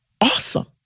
Awesome